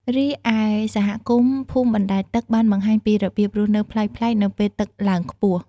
រីឯសហគមន៍ភូមិបណ្តែតទឹកបានបង្ហាញពីរបៀបរស់នៅប្លែកៗនៅពេលទឹកឡើងខ្ពស់។